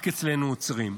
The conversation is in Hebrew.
רק אצלנו עוצרים".